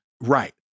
Right